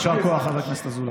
יישר כוח, חבר הכנסת אזולאי.